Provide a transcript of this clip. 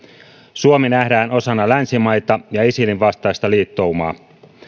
suomi nähdään osana länsimaita ja isilin vastaista liittoumaa